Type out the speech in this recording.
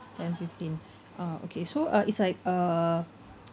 ten fifteen ah okay so uh it's like uh